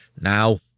Now